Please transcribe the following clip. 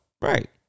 Right